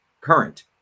current